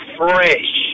fresh